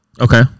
Okay